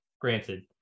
Granted